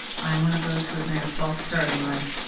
i am one of those who have made a false start in life.